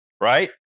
Right